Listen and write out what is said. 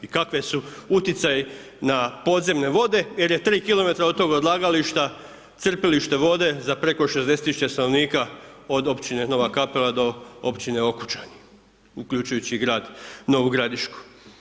Kakvi su uticaji na podzemne vode jer je 3 km, od tog odlagališta, crpilište vode, za preko 60 tisuća stanovnika od općine Nova Kapela do općina Okučani, uključujući i grad Novu Gradišku.